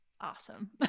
awesome